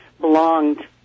belonged